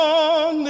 on